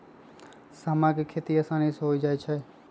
समा के खेती असानी से हो जाइ छइ